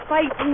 Fight